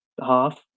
half